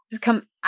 come